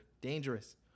dangerous